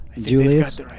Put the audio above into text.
Julius